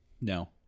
No